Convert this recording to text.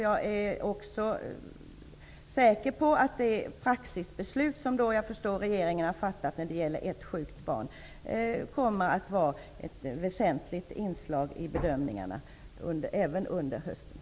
Jag är också säker på att de beslut om praxis som regeringen har fattat när det gäller ett sjukt barn kommer att ha ett väsentligt inflytande vid bedömningarna även under hösten.